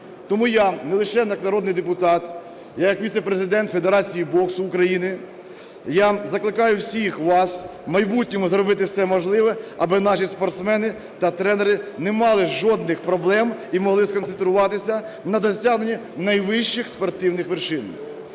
Тому я не лише як народний депутат, я як віце-президент Федерації боксу України закликаю всіх вас в майбутньому зробити все можливе, аби наші спортсмени та тренери не мали жодних проблем і могли сконцентруватися на досягненні найвищих спортивних вершин.